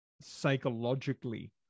psychologically